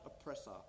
oppressor